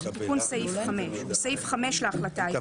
תיקון סעיף 5 2. בסעיף 5 להחלטה העיקרית,